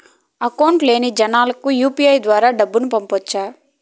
Account లేని జనాలకు UPI ద్వారా డబ్బును పంపొచ్చా?